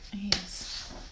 Yes